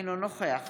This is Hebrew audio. אינו נוכח